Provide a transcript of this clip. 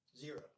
Zero